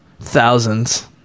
thousands